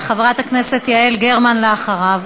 חברת הכנסת יעל גרמן, אחריו.